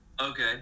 Okay